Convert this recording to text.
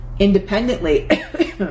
Independently